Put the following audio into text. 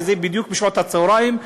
וזה בדיוק בשעות הצהריים,